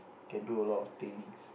can do a lot of things